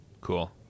Cool